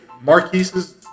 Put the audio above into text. Marquise's